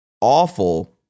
awful